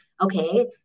Okay